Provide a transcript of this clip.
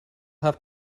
have